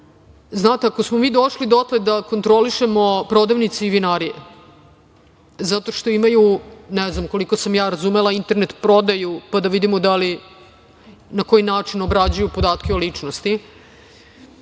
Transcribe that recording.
Znate, ako smo mi došli dotle da kontrolišemo prodavnice i vinarije, zato što imaju, ne znam, koliko sam razumela internet prodaju, pa da vidimo da li i na koji način obrađuju podatke o ličnosti,